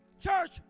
Church